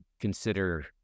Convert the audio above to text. consider